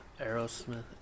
Aerosmith